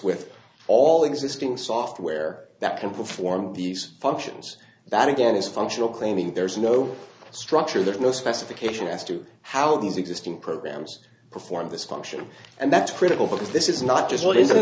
with all existing software that can perform these functions that again is functional claiming there is no structure there's no specification as to how these existing programs perform this function and that's critical because this is not just what is